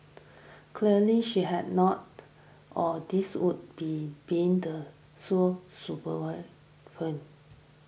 clearly she had not or this would be been the